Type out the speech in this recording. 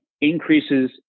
increases